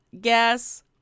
guess